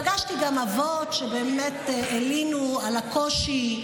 פגשתי גם אבות שבאמת הלינו על הקושי,